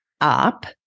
up